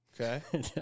okay